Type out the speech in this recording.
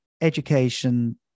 education